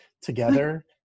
together